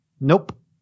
Nope